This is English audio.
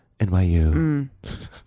NYU